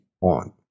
on